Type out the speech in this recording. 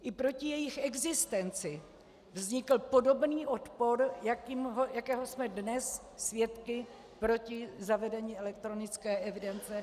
I proti jejich existenci vznikl podobný odpor, jakého jsme dnes svědky proti zavedení elektronické evidence tržeb.